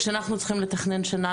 כשאנחנו צריכים לתכנן שנה,